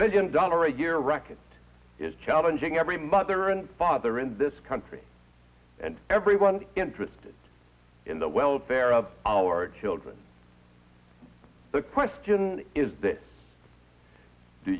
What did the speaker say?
billion dollar a year wreck it is challenging every mother and father in this country and everyone interested in the welfare of our children the question is